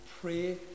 Pray